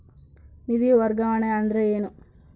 ನಿಧಿ ವರ್ಗಾವಣೆ ಅಂದರೆ ಏನು?